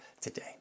today